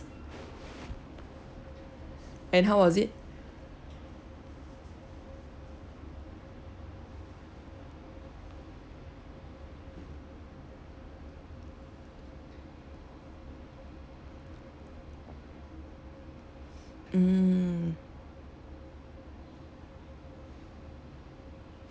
and how was it mm